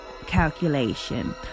calculation